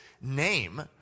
name